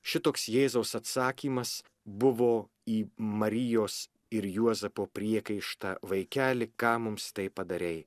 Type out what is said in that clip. šitoks jėzaus atsakymas buvo į marijos ir juozapo priekaištą vaikeli ką mums taip padarei